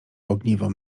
ogniwo